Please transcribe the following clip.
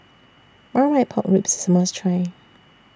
Marmite Pork Ribs IS A must Try